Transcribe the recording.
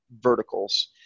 verticals